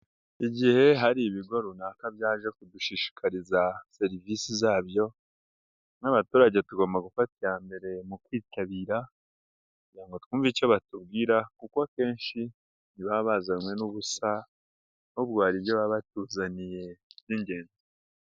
Igihe hari ibigo runaka byaje kudushishikariza serivise zabyo n'abaturage tugomba gufata iya mbere mu kwitabira kugira ngo twuve icyo batubwira kuko akenshi ntibaba bazanywe n'ubusa ahubwo hari ibyo baba batuzaniye by'ingenzi.